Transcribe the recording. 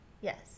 Yes